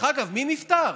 מי נפטר?